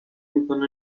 میکنن